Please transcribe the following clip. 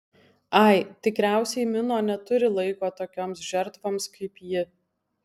ai tikriausiai mino neturi laiko tokioms žertvoms kaip ji